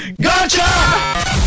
Gotcha